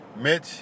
Mitch